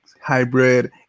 hybrid